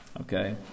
okay